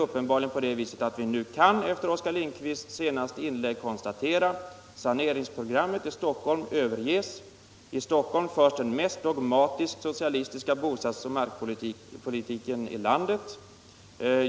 Uppenbarligen kan vi nu efter Oskar Lindkvists senaste inlägg konstatera att saneringsprogrammet i Stockholm överges, och i Stockholm förs den mest dogmatiskt socialistiska bostadsoch markpolitiken i landet.